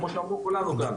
כמו שכולנו אמרנו.